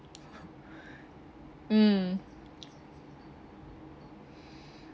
mm